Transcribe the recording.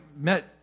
met